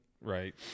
Right